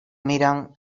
miran